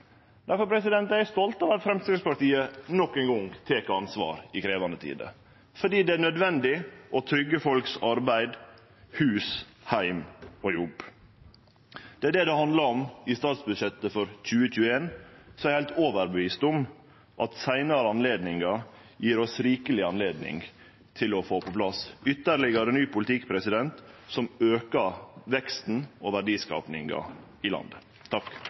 er eg stolt over at Framstegspartiet nok ein gong tek ansvar i krevjande tider, fordi det er nødvendig å tryggje folks arbeid, hus, heim og jobb. Det er det det handlar om i statsbudsjettet for 2021. Så er eg heilt overtydd om at vi seinare vil få rikeleg anledning til å få på plass ytterlegare ny politikk som aukar veksten og verdiskapinga i landet.